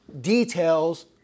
details